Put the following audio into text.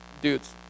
dudes